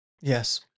yes